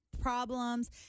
problems